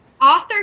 Author